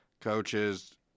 coaches